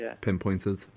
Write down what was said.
pinpointed